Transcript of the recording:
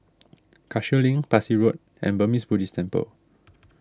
Cashew Link Parsi Road and Burmese Buddhist Temple